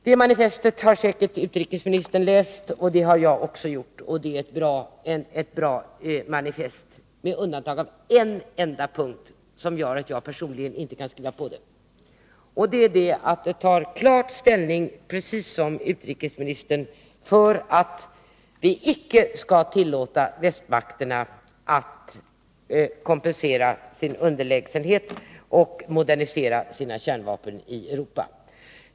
Det manifestet har säkert utrikesministern läst, och det har jag också gjort. Det är ett bra manifest, med undantag av en enda punkt, som gör att jag personligen inte kan skriva på det. Manifestet tar nämligen klart ställning, precis som utrikesministern, för att vi icke skall tillåta västmakterna att kompensera sin underlägsenhet och modernisera sina kärnvapen i Europa.